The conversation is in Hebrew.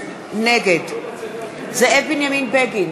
נגד זאב בנימין בגין,